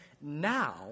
now